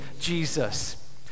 Jesus